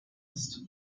ist